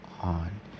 on